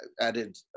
added